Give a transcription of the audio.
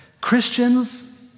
Christians